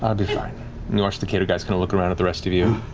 ah i'll be fine. and you watch the caedogeist and look around at the rest of you.